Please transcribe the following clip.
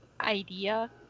idea